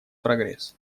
прогресс